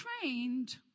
trained